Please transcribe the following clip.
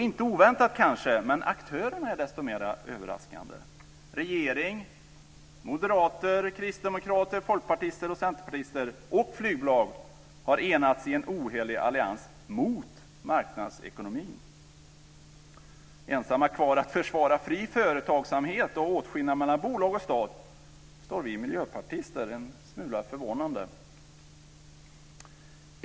Inte oväntat kanske, men aktörerna är desto mer överraskande. Regering, moderater, kristdemokrater, folkpartister, centerpartister och flygbolag har enats i en ohelig allians mot marknadsekonomin. Ensamma kvar att försvara fri företagsamhet och åtskillnad mellan bolag och stat står vi miljöpartister, en smula förvånade.